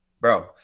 Bro